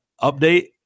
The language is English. Update